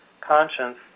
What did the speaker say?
conscience